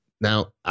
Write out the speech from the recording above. Now